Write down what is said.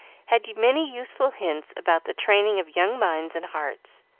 had many useful hints about the training of young minds and hearts.